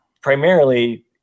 Primarily